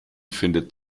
findet